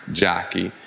jockey